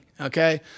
okay